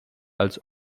als